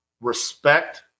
respect